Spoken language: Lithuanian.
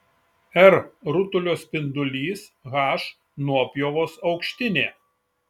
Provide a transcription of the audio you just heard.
r rutulio spindulys h nuopjovos aukštinė